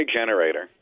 generator